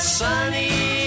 sunny